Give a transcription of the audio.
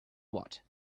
what